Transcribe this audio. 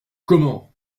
comment